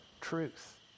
truth